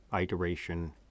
iteration